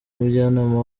umujyanama